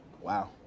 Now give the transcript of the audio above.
Wow